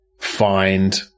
find